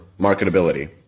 marketability